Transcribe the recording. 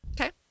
Okay